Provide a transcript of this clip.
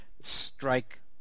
strike